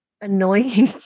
annoying